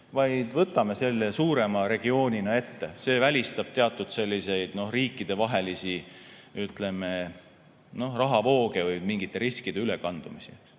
vaid võtame selle suurema regioonina ette. See välistab teatud selliseid riikidevahelisi, ütleme, rahavooge või mingite riskide ülekandumist.